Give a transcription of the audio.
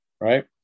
Right